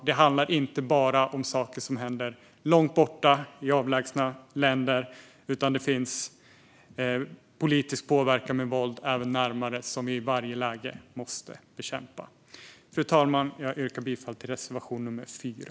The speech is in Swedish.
Det handlar inte bara om saker som händer långt borta i avlägsna länder, utan det finns politisk påverkan med våld även på närmare håll som vi i varje läge måste bekämpa. Fru talman! Jag yrkar bifall till reservation nr 4.